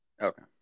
Okay